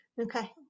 Okay